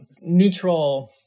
neutral